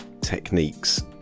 techniques